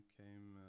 came